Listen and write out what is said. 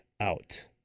out